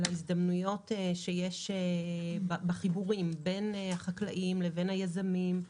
על ההזדמנויות שיש בחיבורים בין החקלאים לבין היזמים,